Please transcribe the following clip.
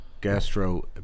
Gastro